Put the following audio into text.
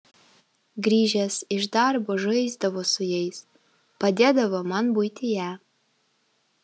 grįžęs iš darbo žaisdavo su jais padėdavo man buityje